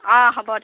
অঁ হ'ব